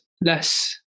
less